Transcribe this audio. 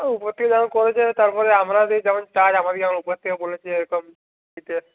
ও উপর থেকে যেমন করে দেবে তার পরে আপনাদের যেমন চাই আমাকে যেমন উপর থেকে বলেছে এরকম দিতে